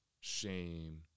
shame